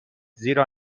زیرا